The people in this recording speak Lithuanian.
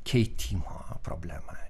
keitimo problema